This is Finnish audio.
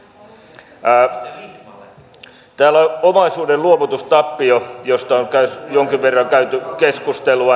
täällä on omaisuuden luovutustappio josta on jonkin verran käyty keskustelua